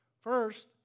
First